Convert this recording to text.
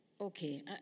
Okay